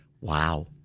Wow